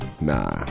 Nah